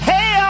Hey